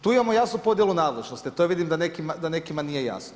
Tu imamo jasnu podjelu nadležnosti, to vidim da nekima nije jasno.